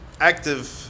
active